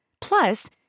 Plus